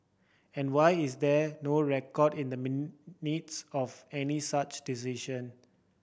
and why is there no record in the Minutes of any such decision